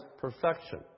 perfection